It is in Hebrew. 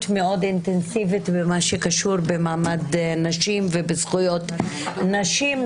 מאוד אינטנסיבית במה שקשור במעמד נשים ובזכויות נשים,